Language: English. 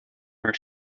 her